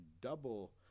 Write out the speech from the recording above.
double